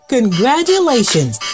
Congratulations